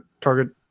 target